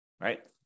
right